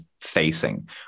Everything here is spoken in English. facing